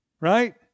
Right